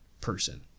person